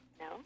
No